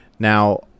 Now